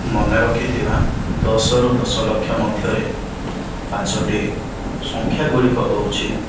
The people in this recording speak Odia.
ମନେ ରଖିଥିବା ଦଶ ରୁ ଦଶ ଲକ୍ଷ ମଧ୍ୟରେ ପାଞ୍ଚୋଟି ସଂଖ୍ୟା ଗୁଡ଼ିକ ହେଉଛି